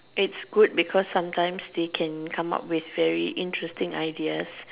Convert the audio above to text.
its good because sometimes they can come out with very interesting ideas